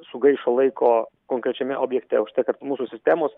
sugaišo laiko konkrečiame objekte užtat ir mūsų sistemos